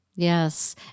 Yes